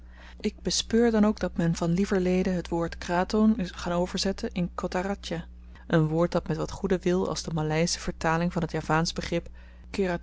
ik bespeur dan ook dat men van lieverlede t woord kraton is gaan overzetten in kotta radja n woord dat met wat goeden wil als de maleische vertaling van t javaansch begrip